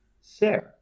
Sarah